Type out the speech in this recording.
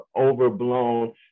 overblown